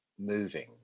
moving